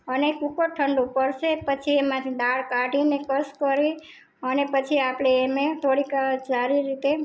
અને કુકર ઠડું પડશે પછી એમાંથી દાળ કાઢીને કસ કરીને અને પછી આપણે એને થોડીક સારી રીતે